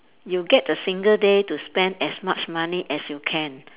you get a single day to spend as much money as you can